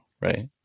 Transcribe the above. right